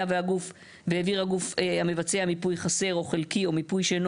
היה והעביר הגוף המבצע מיפוי חסר או חלקי או מיפוי שאינו